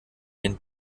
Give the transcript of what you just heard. den